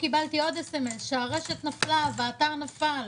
קיבלתי עוד סמ"ס שהרשת נפלה והאתר נפל,